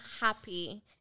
happy